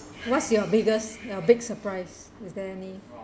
what's your biggest ya big surprise is there any